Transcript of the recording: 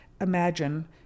imagine